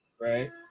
right